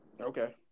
Okay